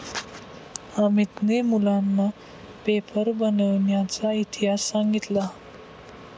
अमितने मुलांना पेपर बनविण्याचा इतिहास सांगितला